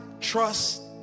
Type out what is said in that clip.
trust